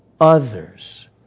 others